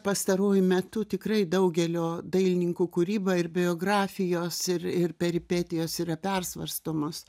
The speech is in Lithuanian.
pastaruoju metu tikrai daugelio dailininkų kūryba ir biografijos ir ir peripetijos yra persvarstomos